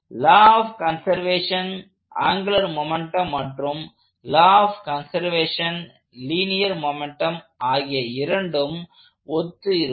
law of conservation angular momentum மற்றும் law of conservation linear momentum ஆகிய இரண்டும் ஒத்து இருக்கும்